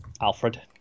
Alfred